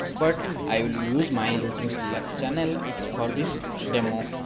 but i will use my electronics lab channel for this demo.